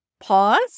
Pause